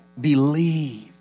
believe